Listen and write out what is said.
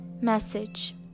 Message